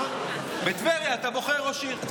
אתה בוחר ראשי ערים, בטבריה.